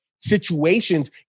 situations